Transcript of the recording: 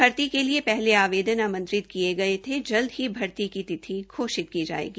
भर्ती के पहले आवेदेन किये गये थे जल्द ही भरती की तिथि घोषित की जायेगी